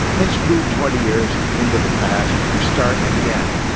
let's move twenty years into the past and start again,